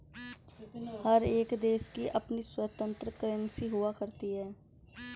हर एक देश की अपनी स्वतन्त्र करेंसी हुआ करती है